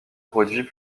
produit